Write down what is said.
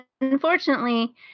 Unfortunately